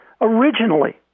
originally